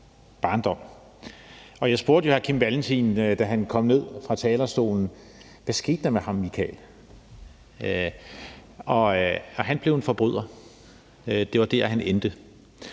Jeg spurgte jo hr. Kim Valentin, da han kom ned fra talerstolen: Hvad skete der med ham Michael? Og svaret var, at han blev en forbryder. Det var der, han endte.